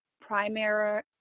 primary